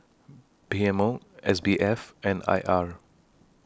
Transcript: P M O S B F and I R